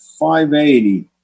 $580